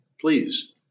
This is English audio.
please